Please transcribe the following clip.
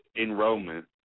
enrollment